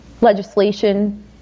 legislation